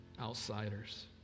outsiders